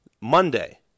Monday